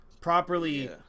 properly